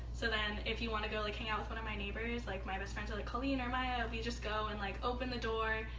so then, if you want to go like hang out with one of my neighbors like, my best friends are like, colleen or maya we just go and like open the door,